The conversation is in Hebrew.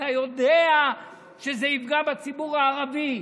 אתה יודע שזה יפגע בציבור הערבי.